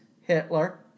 Hitler